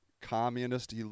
communist